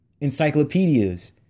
encyclopedias